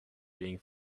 being